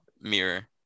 Mirror